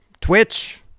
Twitch